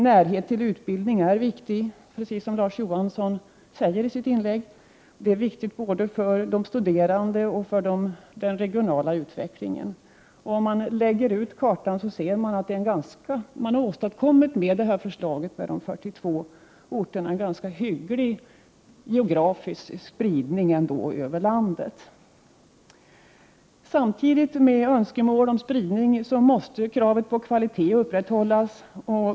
Närhet till utbildning är viktig både för de studerande och för den regionala utvecklingen — precis som Larz Johansson säger. Om man ser på kartan finner man att detta förslag med de 42 orterna kommer att leda till en ganska hygglig geografisk spridning över landet. Samtidigt som man bör försöka tillgodose önskemålet om spridning, måste kravet på kvalitet upprätthållas.